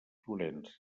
florència